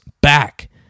back